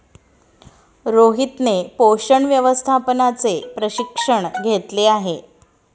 रोहितने पोषण व्यवस्थापनाचे प्रशिक्षण घेतले आहे